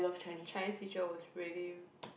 Chinese teacher was really